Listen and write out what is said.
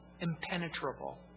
impenetrable